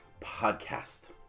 podcast